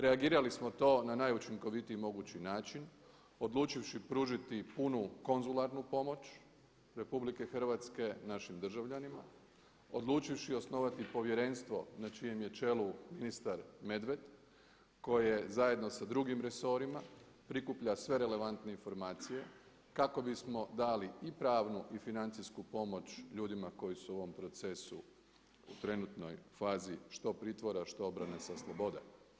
Reagirali smo to na najučinkovitiji mogući način odlučivši pružiti punu konzularnu pomoć RH našim državljanima, odlučivši osnovati povjerenstvo na čijem je čelu ministar Medved koji je zajedno sa drugim resorima prikuplja sve relevantne informacije kako bismo dali pravnu i financijsku pomoć ljudi koji su u ovom procesu u trenutnoj fazi što pritvora što obrane sa slobode.